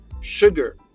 sugar